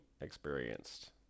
experienced